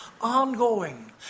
ongoing